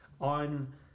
on